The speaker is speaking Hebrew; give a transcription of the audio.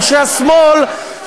אנשי השמאל,